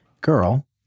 girl